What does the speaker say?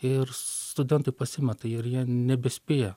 ir studentai pasimeta ir jie nebespėja